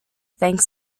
thanks